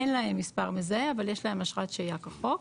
אין להם מספר מזהה אבל יש להם אשרת שהייה כחוק.